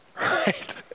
right